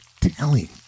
telling